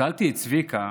שאלתי את צביקה